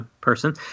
person